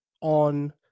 on